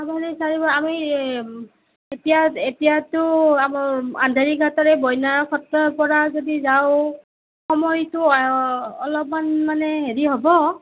আমি এতিয়া এতিয়াতো আমাৰ আন্ধেৰিঘাটৰে সত্ৰৰ পৰা যদি যাওঁ সময়টো অলপমান মানে হেৰি হ'ব